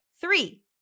three